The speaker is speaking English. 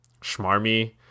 schmarmy